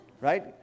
right